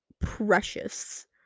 precious